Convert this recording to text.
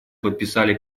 подписали